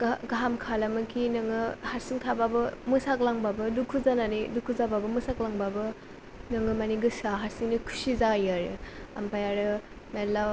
गाहाम खालामोखि नोङो हारसिं थाबाबो मोसाग्लांबाबो दुखु जानानै दुखु जाबाबो मोसाग्लांबाबो नोङो माने गोसो आ हारसिंनो खुसि जाहोयो आरो ओमफाय आरो मेरला